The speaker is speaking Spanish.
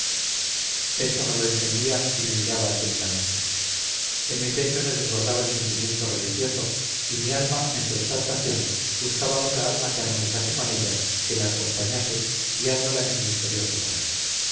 esto no lo entendía y me miraba atentamente en mi pecho se desbordaba el sentimiento religioso y mi alma en su exaltación buscaba otra alma que armonizase con ella que la acompañase guiándola en su misterioso vuelo